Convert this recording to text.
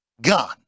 gone